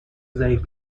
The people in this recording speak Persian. ضعیف